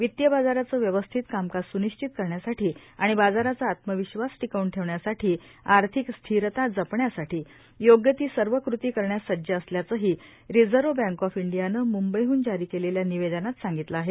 वितीय बाजाराचे व्यवस्थित कामकाज सुनिश्चित करण्यासाठी आणि बाजाराचा आत्मविश्वास टिकवून ठेवण्यासाठी आर्थिक स्थिरता जपण्यासाठी योग्य ती सर्व कृती करण्यास सज्ज असल्याचही रिझर्व्ह बँक ऑफ इंडीया ने मुंबईहन जारी केलेल्या निवेदनात सांगितले आहे